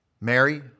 Mary